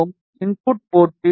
input போர்ட்டில் D